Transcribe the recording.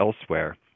elsewhere